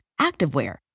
activewear